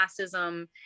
classism